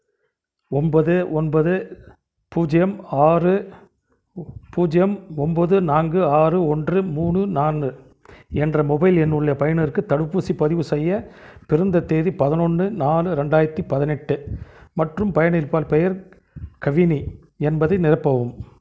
ஒன்பது ஒன்பது பூஜ்ஜியம் ஆறு பூஜ்ஜியம் ஒன்பது நான்கு ஆறு ஒன்று மூணு நாலு என்ற மொபைல் எண்ணுள்ள பயனருக்கு தடுப்பூசிப் பதிவு செய்ய பிறந்த தேதி பதினொன்று நாலு ரெண்டாயிரத்து பதினெட்டு மற்றும் பயணிப்பர் பெயர் கவினி என்பதை நிரப்பவும்